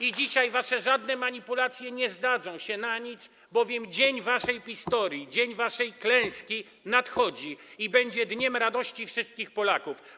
I dzisiaj żadne wasze manipulacje nie zdadzą się na nic, bowiem dzień waszej Pistorii, dzień waszej klęski nadchodzi i będzie dniem radości wszystkich Polaków.